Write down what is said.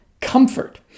comfort